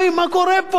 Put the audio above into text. מה קורה פה?